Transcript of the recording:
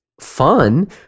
fun